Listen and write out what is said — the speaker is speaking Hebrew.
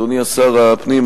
אדוני שר הפנים,